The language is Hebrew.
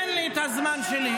תן לי את הזמן שלי.